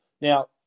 Now